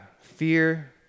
Fear